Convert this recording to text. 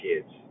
kids